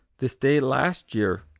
this day last year,